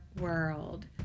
world